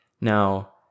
Now